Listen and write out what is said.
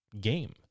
game